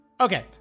Okay